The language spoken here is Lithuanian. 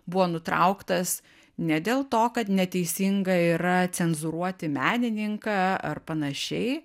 buvo nutrauktas ne dėl to kad neteisinga yra cenzūruoti menininką ar panašiai